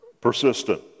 persistent